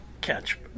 catch